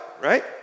right